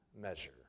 measure